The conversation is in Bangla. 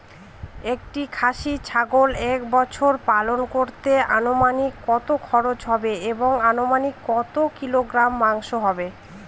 একটি খাসি ছাগল এক বছর পালন করতে অনুমানিক কত খরচ হবে এবং অনুমানিক কত কিলোগ্রাম মাংস হবে?